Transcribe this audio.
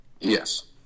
Yes